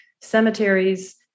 cemeteries